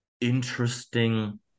interesting